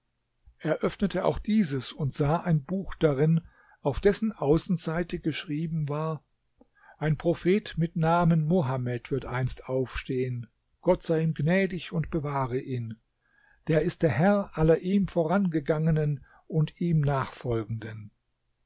öffnete auch dieses und sah ein buch darin auf dessen außenseite geschrieben war ein prophet mit namen mohammed wird einst aufstehen gott sei ihm gnädig und bewahre ihn der ist der herr aller ihm vorangegangenen und ihm nachfolgenden